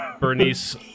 Bernice